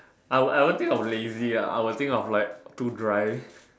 I will I will think of lazy ah I will think of to drive